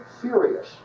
furious